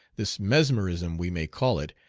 this mesmerism we may call it,